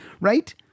right